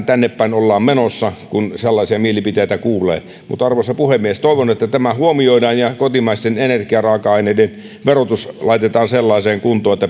tänne päin ollaan menossa kun sellaisia mielipiteitä kuulee mutta arvoisa puhemies toivon että tämä huomioidaan ja kotimaisten energiaraaka aineiden verotus laitetaan sellaiseen kuntoon että